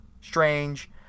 Strange